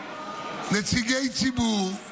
נציגי ציבור, יואב,